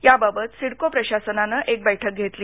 याबाबत सिडको प्रशासनानं एक बैठक घेतली